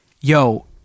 yo